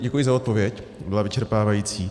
Děkuji za odpověď, byla vyčerpávající.